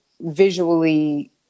visually